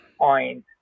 point